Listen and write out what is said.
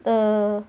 the